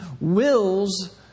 wills